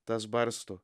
tas barsto